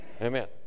Amen